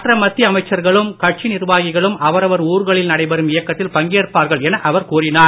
மற்ற மத்திய அமைச்சர்களும் கட்சி நிர்வாகிகளும் அவரவர் ஊர்களில் நடைபெறும் இயக்கத்தில் பங்கேற்பார்கள் என அவர் கூறினார்